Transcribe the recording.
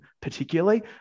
particularly